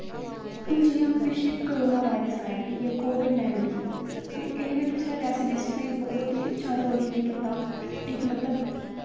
हून जियां पिच्छें कोरोना वायरस आया कोविड नाईनटीन ते एह्दे बिच बी रियासी डिस्ट्रिक्ट नै बहुत ई इक अच्छा रोल प्ले कीता इक मतलब